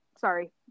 Sorry